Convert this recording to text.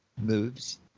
moves